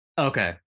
Okay